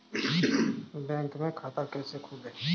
Bank में खाता कैसे खोलें?